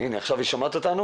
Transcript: עכשיו היא שומעת אותנו